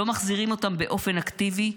לא מחזירים אותם באופן אקטיבי,